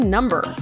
Number